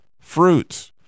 fruits